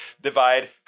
divide